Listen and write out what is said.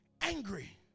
angry